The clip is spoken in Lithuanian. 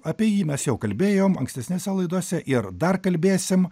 apie jį mes jau kalbėjom ankstesnėse laidose ir dar kalbėsim